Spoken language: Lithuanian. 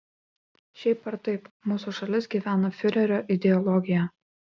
šiaip ar taip mūsų šalis gyvena fiurerio ideologija